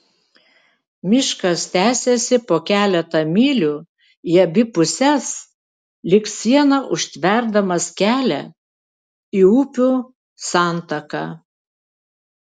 miškas tęsėsi po keletą mylių į abi puses lyg siena užtverdamas kelią į upių santaką